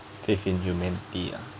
faith in humanity ah